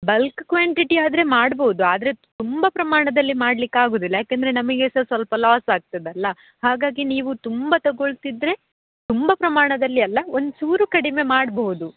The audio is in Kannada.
ಬಲ್ಕ್ ಕ್ವಾನ್ಟಿಟಿ ಆದರೆ ಮಾಡ್ಬೋದು ಆದರೆ ತುಂಬ ಪ್ರಮಾಣದಲ್ಲಿ ಮಾಡ್ಲಿಕ್ಕೆ ಆಗೋದಿಲ್ಲ ಯಾಕಂದರೆ ನಮಗೆ ಸಹ ಸ್ವಲ್ಪ ಲಾಸ್ ಆಗ್ತದಲ್ಲ ಹಾಗಾಗಿ ನೀವು ತುಂಬ ತಗೊಳ್ತಿದ್ದರೆ ತುಂಬ ಪ್ರಮಾಣದಲ್ಲಿ ಅಲ್ಲ ಒಂದು ಚೂರು ಕಡಿಮೆ ಮಾಡ್ಬೋದು